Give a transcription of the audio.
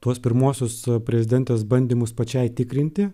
tuos pirmuosius prezidentės bandymus pačiai tikrinti